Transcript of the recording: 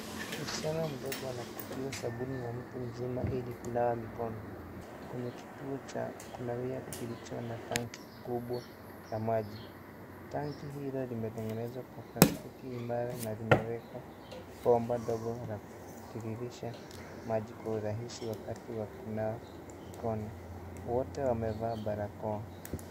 Msichana mdogo anapatiwa sabuni na mtu mkubwa ili kunawa mikono kwenye kituo cha kunawia kilicho natanki kubwa ya maji. tanki hilo limetengenezwa kwa plastiki imara na limewekwa bomba dogo la kutiririsha maji kwa urahisi wakati wa kunawa mikono. Wote wamevaa barakoa.